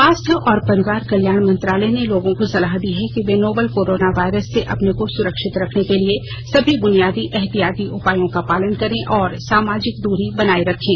स्वास्थ्य और परिवार कल्याण मंत्रालय ने लोगों को सलाह दी है कि वे नोवल कोरोना वायरस से अपने को सुरक्षित रखने के लिए सभी बुनियादी एहतियाती उपायों का पालन करें और सामाजिक दूरी बनाए रखें